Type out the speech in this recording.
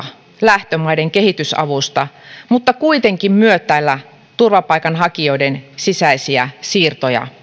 lähtömaiden kehitysavusta mutta kuitenkin myötäillä turvapaikanhakijoiden sisäisiä siirtoja